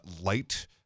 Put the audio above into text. light